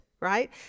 right